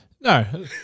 No